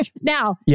Now